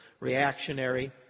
reactionary